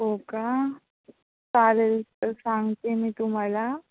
हो का चालेल तर सांगते मी तुम्हाला